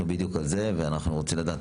אנחנו בדיוק על זה ואנחנו רוצים לדעת